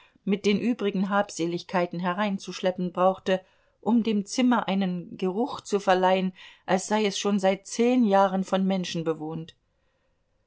mit den übrigen habseligkeiten hereinzuschleppen brauchte um dem zimmer einen geruch zu verleihen als sei es schon seit zehn jahren von menschen bewohnt